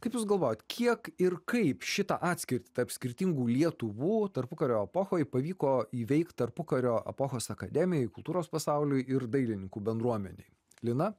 kaip jūs galvojat kiek ir kaip šitą atskirtį tarp skirtingų lietuvų tarpukario epochoj pavyko įveikt tarpukario epochos akademijai kultūros pasauliui ir dailininkų bendruomenei lina